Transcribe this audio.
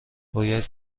باید